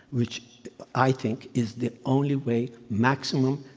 which i think is the only way maximum,